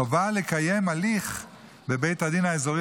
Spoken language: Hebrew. חובה לקיים הליך בבית הדין האזורי